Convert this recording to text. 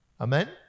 Amen